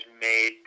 made